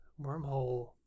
wormhole